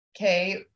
Okay